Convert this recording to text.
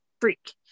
freak